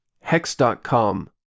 Hex.com